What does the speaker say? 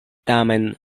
tamen